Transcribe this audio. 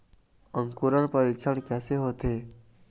अंकुरण परीक्षण कैसे होथे?